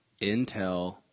Intel